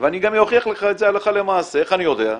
ואני גם אוכיח לך את זה הלכה למעשה, איך אני יודע?